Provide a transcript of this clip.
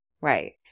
Right